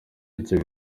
icyo